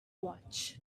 watch